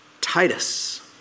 Titus